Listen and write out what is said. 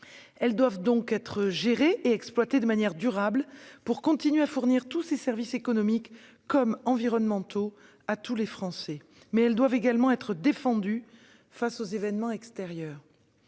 Elles doivent donc être gérées et exploitées de manière durable pour continuer de fournir des services économiques et environnementaux à tous les Français. Mais elles doivent également être défendues face aux événements extérieurs.